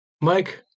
mike